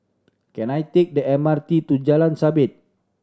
can I take the M R T to Jalan Sabit